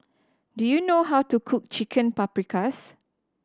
do you know how to cook Chicken Paprikas